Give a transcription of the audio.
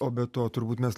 o be to turbūt mes